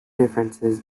differences